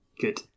Good